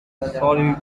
sorry